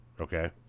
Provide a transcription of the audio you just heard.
Okay